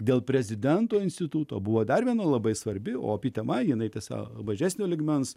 dėl prezidento instituto buvo dar vieno labai svarbi opi tema jinai tiesa mažesnio lygmens